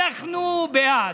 אנחנו בעד,